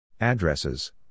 Addresses